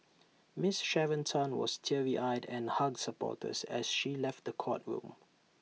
miss Sharon Tan was teary eyed and hugged supporters as she left the courtroom